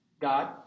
God